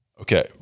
Okay